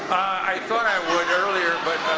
i thought i would earlier, but